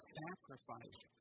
sacrifice